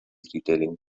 detailing